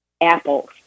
apples